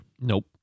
Nope